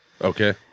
Okay